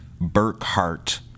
Burkhart